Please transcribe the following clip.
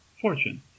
fortune